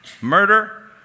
Murder